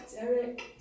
Derek